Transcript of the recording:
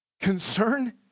concern